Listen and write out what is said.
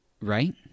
Right